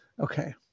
Okay